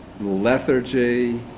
lethargy